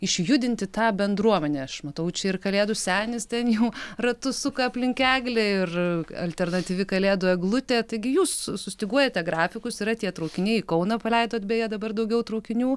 išjudinti tą bendruomenę aš matau čia ir kalėdų senis ten jau ratus suka aplink eglę ir alternatyvi kalėdų eglutė taigi jūs sustyguojate grafikus yra tie traukiniai į kauną paleidot beje dabar daugiau traukinių